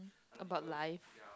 about life